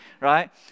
right